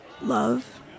love